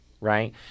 right